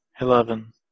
Eleven